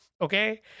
okay